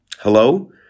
Hello